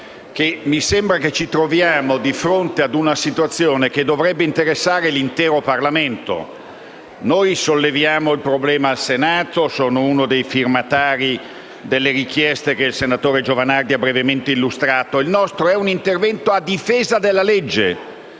Mi sembra che ci troviamo di fronte a una situazione che dovrebbe interessare l'intero Parlamento. Noi solleviamo il problema al Senato, e io sono uno dei firmatari delle richieste che il senatore Giovanardi ha brevemente illustrato. Il nostro è un intervento a difesa della legge,